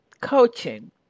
coaching